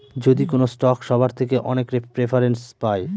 যদি কোনো স্টক সবার থেকে অনেক প্রেফারেন্স পায়